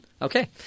Okay